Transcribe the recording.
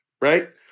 right